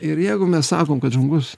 ir jeigu mes sakom kad žmogus